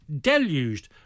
deluged